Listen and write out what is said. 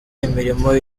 imirimo